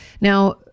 Now